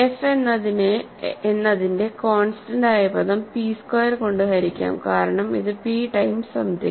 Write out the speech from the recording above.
F എന്നതിന്റെ constant ആയ പദം പി സ്ക്വയർ കൊണ്ട് ഹരിക്കാം കാരണം ഇത് പി ടൈംസ് സംതിങ്